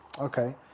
Okay